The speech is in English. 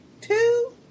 two